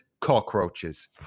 cockroaches